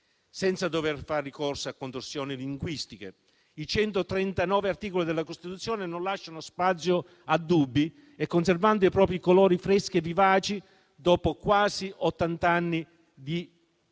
senza dover far ricorso a contorsioni linguistiche. I 139 articoli della Costituzione non lasciano spazio a dubbi e, conservando i propri colori freschi e vivaci dopo quasi ottant'anni di